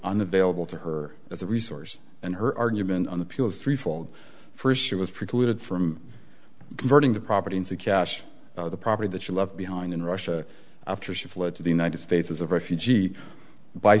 unavailable to her as a resource and her argument on appeal is threefold first she was precluded from converting the property into cash or the property that she left behind in russia after she fled to the united states as a refugee by